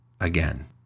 again